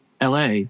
LA